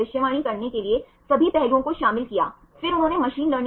तो वे इसे अल्फा हेलिक्स कहते हैं